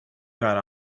got